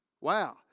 Wow